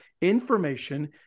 information